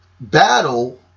battle